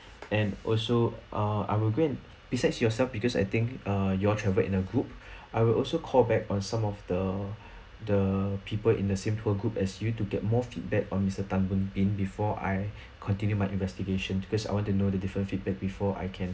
and also uh I'll go and besides yourself because I think uh y'all travel in a group I will also call back on some of the the people in the same tour group as you to get more feedback on mister tan boon bin before I continue my investigation because I want to know the different feedback before I can